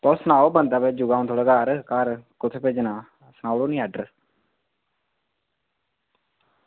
तुस सनाओ अऊं बंदा भेजी ओड़गा थुआढ़े घर कुत्थै भेजना सनाई ओड़ेओ एड्रेस्स